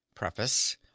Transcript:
Preface